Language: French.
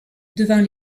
devant